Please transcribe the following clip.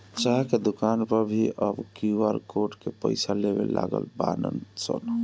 चाय के दुकानी पअ भी अब क्यू.आर कोड से पईसा लेवे लागल बानअ सन